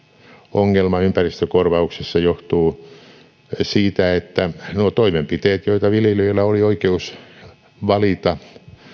ongelma ympäristökorvauksissa johtuu siitä että nuo toimenpiteet joita viljelijöillä oli oikeus valita